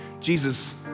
jesus